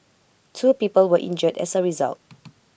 two people were injured as A result